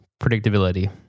predictability